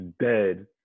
dead